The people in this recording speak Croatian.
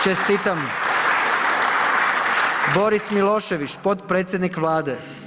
Čestitam. Boris Milošević, potpredsjednik Vlade.